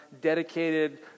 dedicated